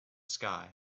sky